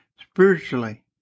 spiritually